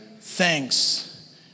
thanks